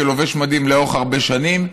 כלובש מדים לאורך הרבה שנים,